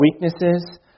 weaknesses